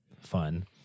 fun